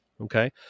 Okay